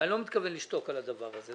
אני לא מתכוון לשתוק על הדבר הזה.